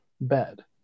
bed